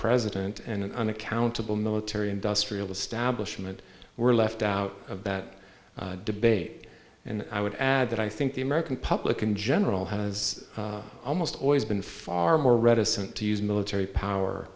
president and unaccountable military industrial establishment were left out of that debate and i would add that i think the american public in general has almost always been far more reticent to use military power